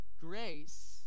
grace